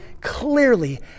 clearly